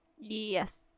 yes